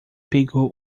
pegou